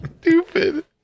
Stupid